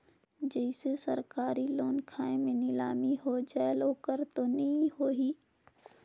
जैसे सरकारी लोन खाय मे नीलामी हो जायेल ओकर तो नइ होही?